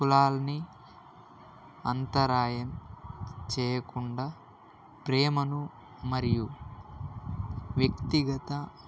కులాల్ని అంతరాయం చేయకుండా ప్రేమను మరియు వ్యక్తిగత